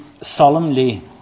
solemnly